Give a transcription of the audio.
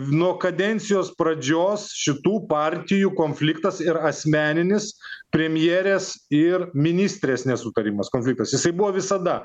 nuo kadencijos pradžios šitų partijų konfliktas ir asmeninis premjerės ir ministrės nesutarimas konfliktas jisai buvo visada